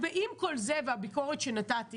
ועם כל זה, והביקורת שנתתי